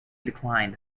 declined